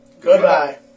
goodbye